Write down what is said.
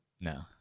No